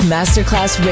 Masterclass